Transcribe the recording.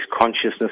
consciousness